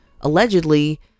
allegedly